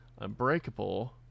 Unbreakable